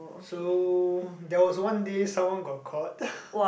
so there was one day someone got caught